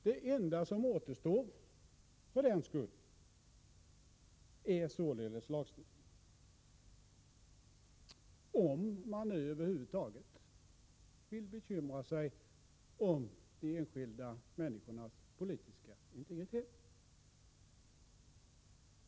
Det enda som återstår är således lagstiftning — om man nu över huvud taget vill bekymra sig om de enskilda människornas politiska integritet.